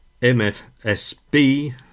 MFSB